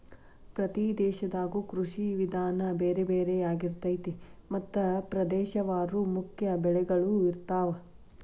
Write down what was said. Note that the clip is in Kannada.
ಪ್ರತಿ ದೇಶದಾಗು ಕೃಷಿ ವಿಧಾನ ಬೇರೆ ಬೇರೆ ಯಾರಿರ್ತೈತಿ ಮತ್ತ ಪ್ರದೇಶವಾರು ಮುಖ್ಯ ಬೆಳಗಳು ಇರ್ತಾವ